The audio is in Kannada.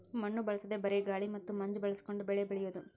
ಮಣ್ಣು ಬಳಸದೇ ಬರೇ ಗಾಳಿ ಮತ್ತ ಮಂಜ ಬಳಸಕೊಂಡ ಬೆಳಿ ಬೆಳಿಯುದು